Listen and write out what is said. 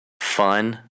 fun